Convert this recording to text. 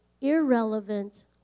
irrelevant